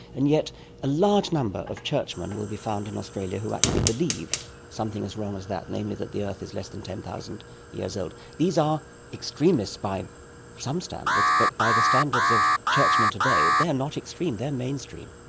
and yet a large number of churchmen will be found in australia who actually believe something as wrong as that, namely that the earth is less than ten thousand years old. these are extremists by some standards but by the standards of churchmen today they're not extreme, they're mainstream.